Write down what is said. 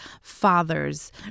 fathers